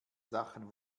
sachen